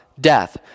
death